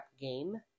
game